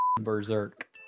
berserk